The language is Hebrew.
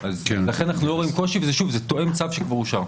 לכן אנחנו לא רואים קושי, זה תואם צו שכבר אושר.